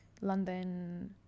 london